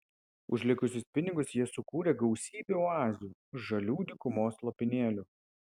už likusius pinigus jie sukūrė gausybę oazių žalių dykumos lopinėlių